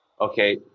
okay